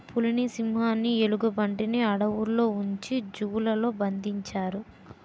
పులిని సింహాన్ని ఎలుగుబంటిని అడవుల్లో ఉంచి జూ లలో బంధించాలి